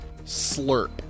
Slurp